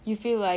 you feel like